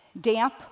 damp